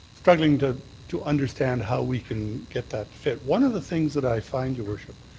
struggling to to understand how we can get that fit. one of the things that i find, your worship,